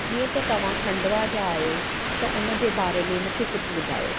जीअं त तव्हां खंडवा जा आहियो त उन जे बारे में मूंखे कुझु ॿुधायो